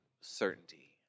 certainty